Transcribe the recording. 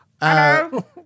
Hello